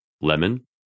lemon